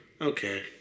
Okay